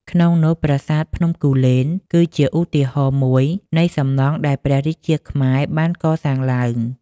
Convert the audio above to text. ក្នុងនោះប្រាសាទភ្នំគូលែន គឺជាឧទាហរណ៍មួយនៃសំណង់ដែលព្រះរាជាខ្មែរបានកសាងឡើង។